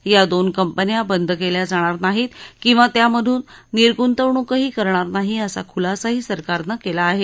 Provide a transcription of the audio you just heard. या दोन कंपन्या बंद केल्या जाणार नाहीत किंवा त्यामधून निर्गुंतवणूकही करणार नाही असा खुलासाही सरकारनं केला आहे